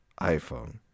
iphone